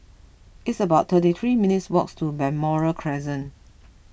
it's about thirty three minutes' walk to Balmoral Crescent